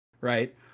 right